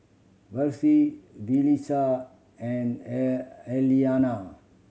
Versie Yulissa and Elaina